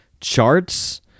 charts